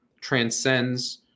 transcends